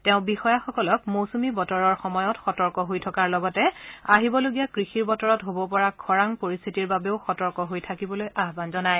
তেওঁ বিষয়াসকলক মৌচুমী বতৰৰ সময়ত সতৰ্ক হৈ থকাৰ লগতে আহিবলগীয়া কৃষিৰ বতৰত হব পৰা খৰাং পৰিস্থিতিৰ বাবেও সতৰ্ক হৈ থাকিবলৈ আহ্বান জনায়